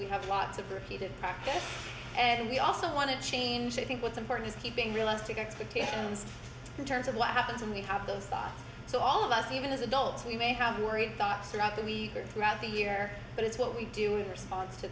we have lots of repeated practice and we also want to change i think what's important is keeping realistic expectations in terms of labs and we have those so all of us even as adults we may have worried thoughts throughout the week or throughout the year but it's what we do response to